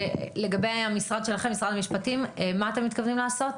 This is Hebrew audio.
משרד המשפטים, מה אתם מתכוונים לעשות?